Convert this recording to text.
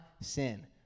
sin